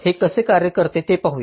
हे कसे कार्य करते ते येथे पाहू